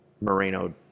Moreno